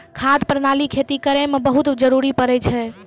खाद प्रणाली खेती करै म बहुत जरुरी पड़ै छै